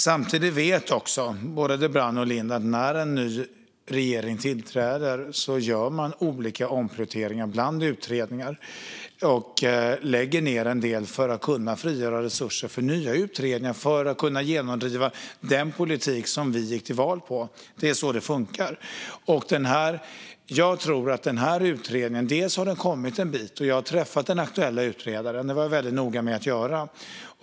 Samtidigt vet både Dibrani och Lindh att när en ny regering tillträder gör man olika omprioriteringar bland utredningar och lägger ned en del för att frigöra resurser för nya utredningar, för att kunna genomdriva den politik man gick till val på. Det är så det funkar. Utredningen hade kommit en bit, och jag har träffat den aktuella utredaren; det var jag väldigt noga med att göra.